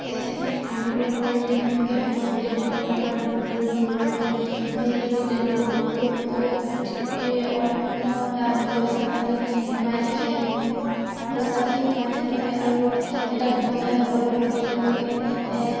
আনিব নোৱাৰিলে তেওঁলোকে সময়মতে ব্যৱসায়টো আৰম্ভ কৰিব নোৱাৰে সেই হেতুকে তেওঁলোকক বহুতো আৰ্থিক পইচা পাতি সোমাই থাকে পইচা পাতি সোমাই থাকিলে আৰু এটা ব্যৱসায় কৰিবলৈয়ো তেওঁলোকে